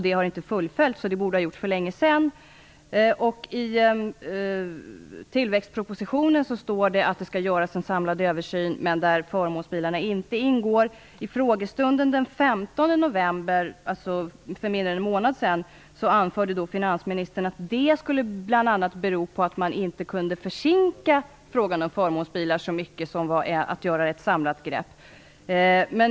Det har inte fullföljts, vilket borde ha skett för länge sedan. I tillväxtpropositionen står det att det skall göras en samlad översyn i vilken förmånsbilarna inte ingår. I frågestunden den 15 november, alltså för knappt en månad sedan, anförde finansminstern att detta bl.a. berodde på att frågan om förmånsbilar inte kunde försinkas så mycket som skulle bli fallet om man tog ett samlat grepp.